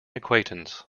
acquaintance